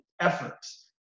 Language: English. efforts